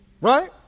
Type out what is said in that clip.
Right